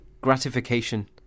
gratification